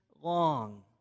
long